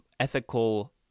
ethical